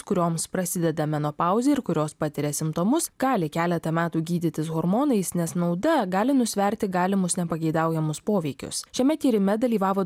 kurioms prasideda menopauzė ir kurios patiria simptomus gali keletą metų gydytis hormonais nes nauda gali nusverti galimus nepageidaujamus poveikius šiame tyrime dalyvavo